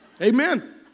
Amen